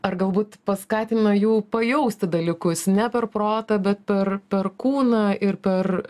ar galbūt paskatina jų pajausti dalykus ne per protą bet per per kūną ir per